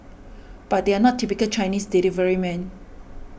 but they're not typical Chinese deliverymen